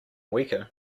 weaker